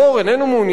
חס וחלילה,